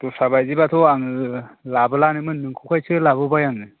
दस्राबायदिबाथ' आङो लाबोलानोमोन नोंखौखायसो लाबोबाय आङो